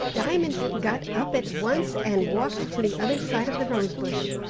diamond got up at once, and walked to the other side of the rose-bush.